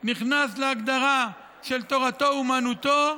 נכנס להגדרה של תורתו אומנותו,